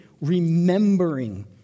remembering